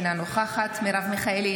אינה נוכחת מרב מיכאלי,